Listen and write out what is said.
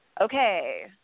okay